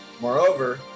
Moreover